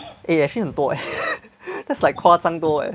eh actually 很多 eh that's like 夸张多 eh